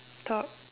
thought